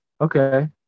Okay